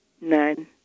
None